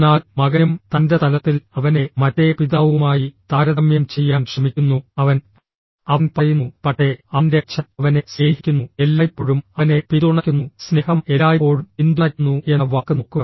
എന്നാൽ മകനും തൻ്റെ തലത്തിൽ അവനെ മറ്റേ പിതാവുമായി താരതമ്യം ചെയ്യാൻ ശ്രമിക്കുന്നു അവൻ അവൻ പറയുന്നു പക്ഷേ അവന്റെ അച്ഛൻ അവനെ സ്നേഹിക്കുന്നു എല്ലായ്പ്പോഴും അവനെ പിന്തുണയ്ക്കുന്നു സ്നേഹം എല്ലായ്പ്പോഴും പിന്തുണയ്ക്കുന്നു എന്ന വാക്ക് നോക്കുക